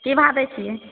कि भाव दै छियै